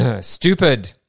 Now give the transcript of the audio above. Stupid